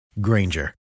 Granger